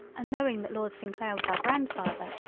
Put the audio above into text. and knowing that lord st clair was our grandfather,